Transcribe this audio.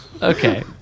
Okay